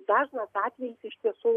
dažnas atvejis iš tiesų